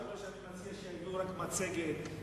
הייתי מציע שיביאו מצגת,